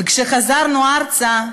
כשחזרנו ארצה,